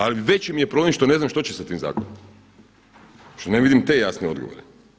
Ali veći mi je problem što ne znam što će sa tim zakonom, što ne vidim te jasne odgovore.